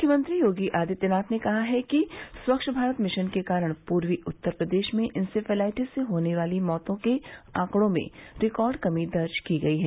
मुख्यमंत्री योगी आदित्यनाथ ने कहा है कि स्वच्छ भारत मिशन के कारण पूर्वी उत्तर प्रदेश में इंसेफेलाइटिस से होने वाली मौत के आंकड़ों में रिकॉर्ड कमी दर्ज की गई है